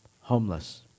homeless